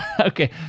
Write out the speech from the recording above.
Okay